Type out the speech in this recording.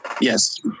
Yes